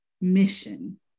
mission